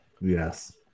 Yes